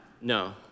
No